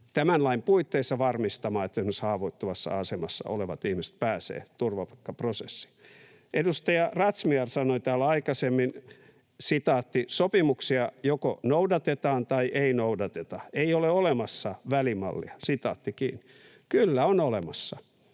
tämän lain puitteissa varmistamaan, että esimerkiksi haavoittuvassa asemassa olevat ihmiset pääsevät turvapaikkaprosessiin. Edustaja Razmyar sanoi täällä aikaisemmin: ”Sopimuksia joko noudatetaan tai ei noudateta. Ei ole olemassa välimallia.” Kyllä on olemassa.